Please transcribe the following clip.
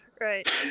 right